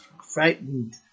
frightened